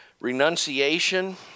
Renunciation